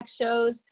shows